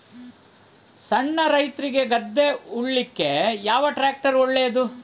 ಸಣ್ಣ ರೈತ್ರಿಗೆ ಗದ್ದೆ ಉಳ್ಳಿಕೆ ಯಾವ ಟ್ರ್ಯಾಕ್ಟರ್ ಒಳ್ಳೆದು?